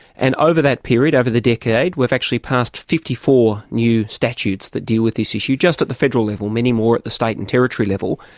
and over that period, over the decade, we've actually passed fifty four new statutes that deal with this issue, just at the federal level, many more at the state and territory level.